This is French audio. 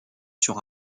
sur